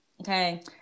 Okay